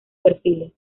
perfiles